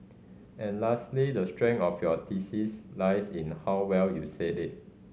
and lastly the strength of your thesis lies in how well you said it